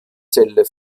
celle